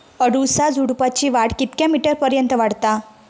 अडुळसा झुडूपाची वाढ कितक्या मीटर पर्यंत वाढता?